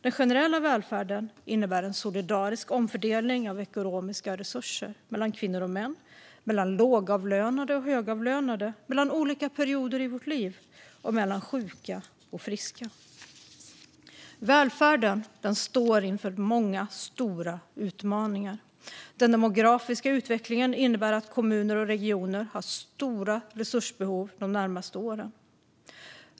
Den generella välfärden innebär en solidarisk omfördelning av ekonomiska resurser mellan kvinnor och män, mellan lågavlönade och högavlönade, mellan olika perioder i vårt liv och mellan sjuka och friska. Välfärden står inför många, stora utmaningar. Den demografiska utvecklingen innebär att kommuner och regioner har stora resursbehov de närmaste åren.